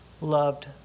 loved